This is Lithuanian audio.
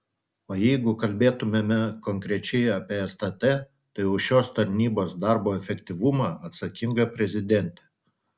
o jeigu kalbėtumėme konkrečiai apie stt tai už šios tarnybos darbo efektyvumą atsakinga prezidentė